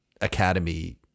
academy